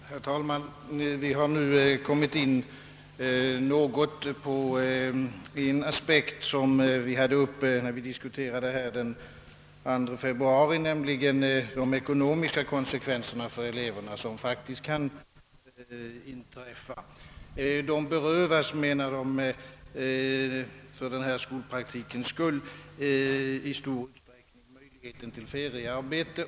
Herr talman! Vi har nu kommit in något på en aspekt som var uppe när vi diskuterade denna fråga den 2 februari, nämligen de ekonomiska konsekvenserna för eleverna som faktiskt kan uppkomma. Eleverna berövas, menar de, för denna skolpraktiks skull i stor utsträckning möjligheten till feriearbete.